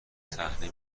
صحنه